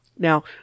Now